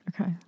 Okay